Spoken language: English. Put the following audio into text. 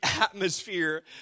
atmosphere